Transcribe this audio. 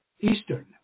Eastern